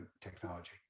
technology